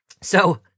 So-